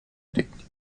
utenti